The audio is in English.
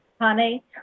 honey